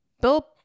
Bill